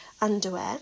underwear